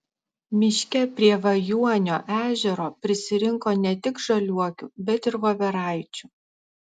miške prie vajuonio ežero prisirinko ne tik žaliuokių bet ir voveraičių